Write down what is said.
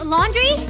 Laundry